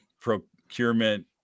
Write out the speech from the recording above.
procurement